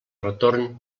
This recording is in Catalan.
retorn